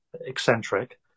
Eccentric